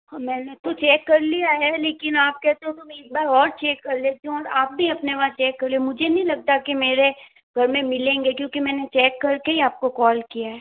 हाँ मैंने तो चेक कर लिया है लेकिन आप कहते हो तो एक बार और चेक कर लेती हूँ और आप भी अपने वहाँ चेक कर लीजिये मुझे नहीं लगता कि मेरे घर में मिलेंगे क्योंकि मैंने चेक करके ही आपको कॉल किया है